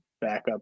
backup